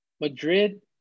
Madrid